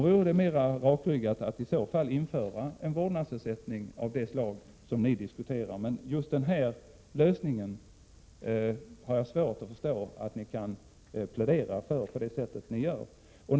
Jag har svårt att förstå varför ni pläderar för den lösning som det här talas om. Det vore snarare mera rakryggat att införa en vårdnadsersättning av det slag som ni talar för.